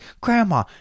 grandma